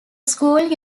school